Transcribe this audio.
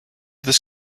this